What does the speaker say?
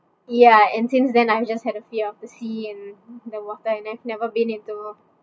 ya and since then I've just had a fear of the sea and the water and I've never been into